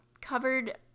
covered